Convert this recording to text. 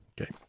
Okay